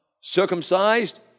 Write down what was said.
circumcised